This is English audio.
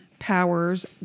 Powers